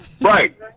Right